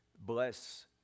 bless